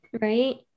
right